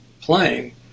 playing